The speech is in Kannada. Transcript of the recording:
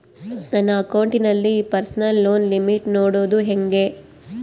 ನನ್ನ ಅಕೌಂಟಿನಲ್ಲಿ ಪರ್ಸನಲ್ ಲೋನ್ ಲಿಮಿಟ್ ನೋಡದು ಹೆಂಗೆ?